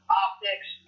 optics